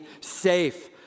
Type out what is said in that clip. safe